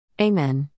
Amen